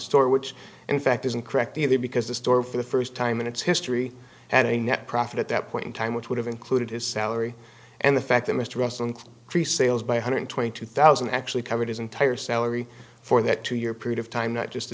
store which in fact isn't correct either because the store for the first time in its history and a net profit at that point in time which would have included his salary and the fact that mr wesson pre sales by a hundred twenty two thousand actually covered his entire salary for that two year period of time not just the